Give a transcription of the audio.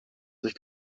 durch